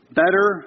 better